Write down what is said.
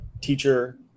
teacher